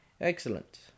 Excellent